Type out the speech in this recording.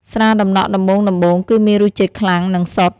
ស្រាដំណក់ដំបូងៗគឺមានរសជាតិខ្លាំង និងសុទ្ធ។